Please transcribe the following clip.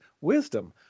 wisdom